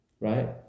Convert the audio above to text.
right